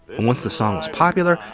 and once the song was popular,